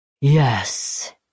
Yes